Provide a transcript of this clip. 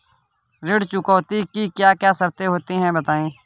ऋण चुकौती की क्या क्या शर्तें होती हैं बताएँ?